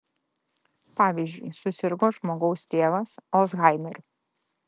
pavyzdžiui susirgo žmogaus tėvas alzhaimeriu